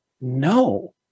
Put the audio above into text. No